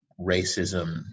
racism